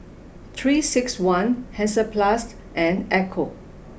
three six one Hansaplast and Ecco